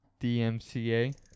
DMCA